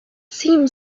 seemed